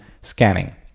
scanning